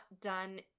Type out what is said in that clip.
done